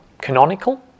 canonical